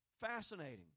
fascinating